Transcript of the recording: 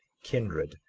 kindred,